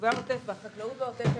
יישובי העוטף והחקלאות בעוטף,